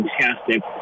fantastic